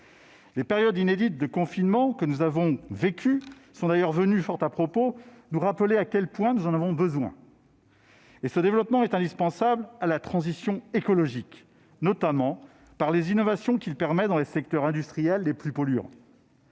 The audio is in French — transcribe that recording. Les périodes inédites de confinement que nous avons vécues sont d'ailleurs venues fort à propos nous rappeler à quel point nous en avons besoin. Ce développement est indispensable à la transition écologique, notamment par les innovations qu'il permet dans les secteurs industriels les plus polluants.